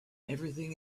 everything